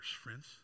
friends